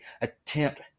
attempt